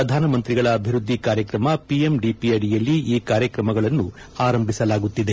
ಪ್ರಧಾನಮಂತ್ರಿಗಳ ಅಭಿವ್ವದ್ದಿ ಕಾರ್ಯಕ್ರಮ ಪಿಎಂಡಿಪಿ ಅಡಿಯಲ್ಲಿ ಈ ಕಾರ್ಯಕ್ರಮಗಳನ್ನು ಆರಂಭಿಸಲಾಗುತ್ತಿದೆ